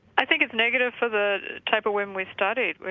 i think it's negative for the type of women we studied.